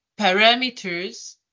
parameters